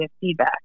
feedback